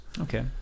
Okay